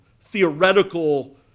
theoretical